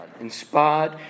inspired